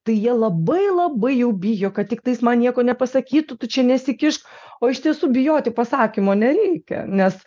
tai jie labai labai jau bijo kad tiktais man nieko nepasakytų tu čia nesikišk o iš tiesų bijoti pasakymo nereikia nes